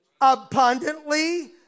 abundantly